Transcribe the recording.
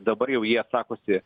dabar jau jie sakosi